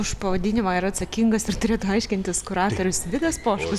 už pavadinimą yra atsakingas ir turėtų aiškintis kuratorius vidas poškus